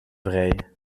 vrij